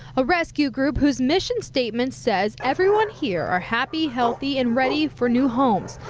a rescue group whose mission statement says everyone here are happy, healthy and ready for new homes.